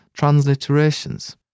transliterations